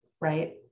right